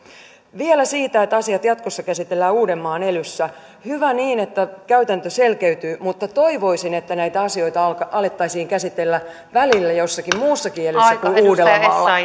vielä siitä että asiat jatkossa käsitellään uudenmaan elyssä hyvä niin että käytäntö selkeytyy mutta toivoisin että näitä asioita alettaisiin käsitellä välillä jossakin muussakin elyssä kuin uudellamaalla